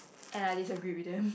and I disagree with them